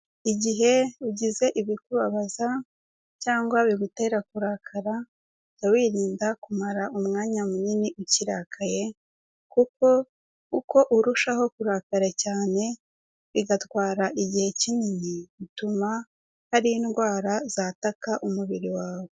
Igihe ugize ibikubabaza cyangwa bigutera kurakara, jya wirinda kumara umwanya munini ukirakaye kuko uko urushaho kurakara cyane bigatwara igihe kinini, bituma hari indwara zataka umubiri wawe.